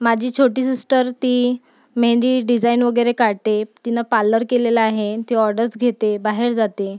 माझी छोटी सिस्टर ती मेंदी डिझाईन वगैरे काढते तिनं पाल्लर केलेलं आहे ती ऑड्डज घेते बाहेर जाते